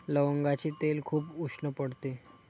लवंगाचे तेल खूप उष्ण पडते